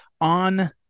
on